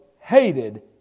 hated